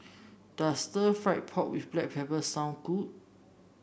does Stir Fried Pork with Black Pepper suond good